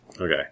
Okay